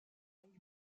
پانگ